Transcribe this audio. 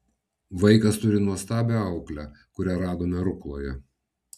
vaikas turi nuostabią auklę kurią radome rukloje